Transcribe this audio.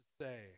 say